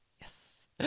yes